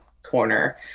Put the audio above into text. corner